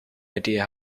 idea